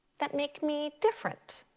that make me different,